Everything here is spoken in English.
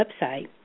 website